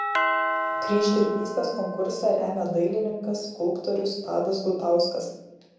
kryždirbystės konkursą remia dailininkas skulptorius tadas gutauskas